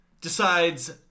decides